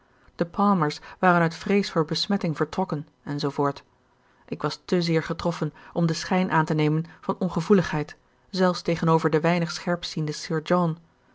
de palmers waren uit vrees voor besmetting vertrokken en zoo voort ik was te zeer getroffen om den schijn aan te nemen van ongevoeligheid zelfs tegenover den weinig scherpzienden sir john